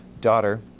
daughter